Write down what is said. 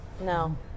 No